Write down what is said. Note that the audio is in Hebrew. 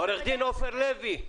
עורך הדין עופר לוי,